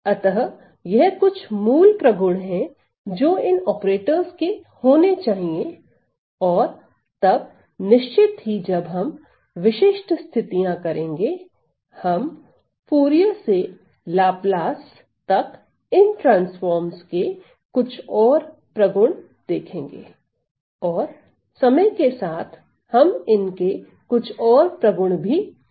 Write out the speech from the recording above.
अतः यह कुछ मूल प्रगुण है जो इन ऑपरेटर्स के होने चाहिए और तब निश्चित ही जब हम विशिष्ट स्थितियां करेंगेहम फूरिये से लाप्लास तक इन ट्रांसफॉर्मस के कुछ और प्रगुण देखेंगे और समय के साथ हम इनके कुछ और प्रगुण भी पढ़ेंगे